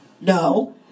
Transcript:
No